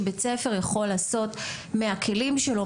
שבית ספר יכול לעשות מהכלים שלו,